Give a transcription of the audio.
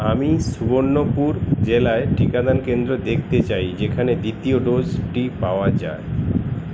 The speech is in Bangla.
আমি সুবর্ণপুর জেলায় টিকাদান কেন্দ্র দেখতে চাই যেখানে দ্বিতীয় ডোজটি পাওয়া যায়